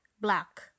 black